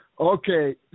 Okay